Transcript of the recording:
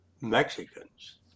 Mexicans